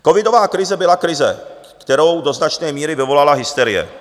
Covidová krize byla krize, kterou do značné míry vyvolala hysterie.